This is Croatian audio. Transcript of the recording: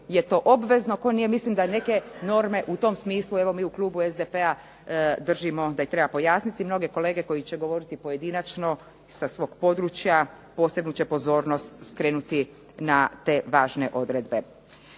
je to obvezno. Mislim da neke norme u tom smislu mi u klubu SDP-a držimo da ih treba objasniti. Mnoge kolege koje će govoriti pojedinačno sa svog područja posebnu će pozornost skrenuti na te važne odredbe.